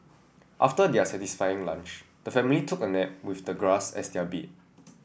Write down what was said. after their satisfying lunch the family took a nap with the grass as their bed